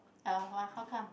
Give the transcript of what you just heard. uh !wah! how come